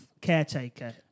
caretaker